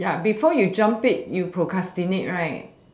ya before you jump said you procrastinate right